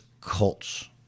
Colts